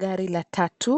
Gari la tatu,